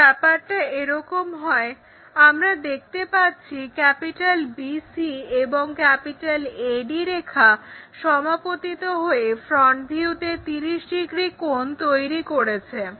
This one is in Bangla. যদি ব্যাপারটা এরকম হয় আমরা দেখতে পাচ্ছি BC এবং AD রেখা সমাপতিত হয়ে ফ্রন্ট ভিউতে 30 ডিগ্রি কোণ তৈরি করছে